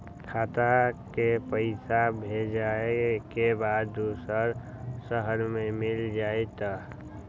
खाता के पईसा भेजेए के बा दुसर शहर में मिल जाए त?